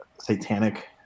satanic